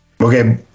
Okay